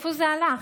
לאן זה הלך?